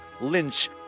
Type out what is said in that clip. Lynch